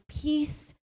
peace